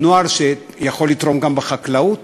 הוא נוער שיכול לתרום גם בחקלאות,